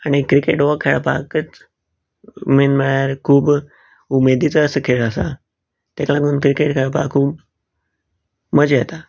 आनी क्रिकेट हो खेळपाकच मेन म्हळ्यार खूब उमेदीचो असो खेळ आसा तेका लागून क्रिकेट खेळपाक खूब मजा येता